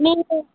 நீங்கள்